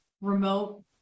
remote